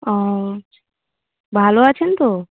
ও আচ্ছা ভালো আছেন তো